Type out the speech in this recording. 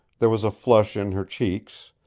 there was a flush in her cheeks,